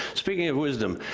speaking of wisdom,